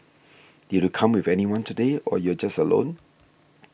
did you come with anyone today or you're just alone